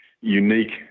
unique